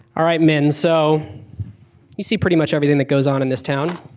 all right, minh. so you see pretty much everything that goes on in this town.